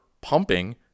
pumping